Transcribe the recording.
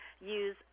use